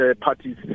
parties